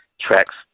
tracks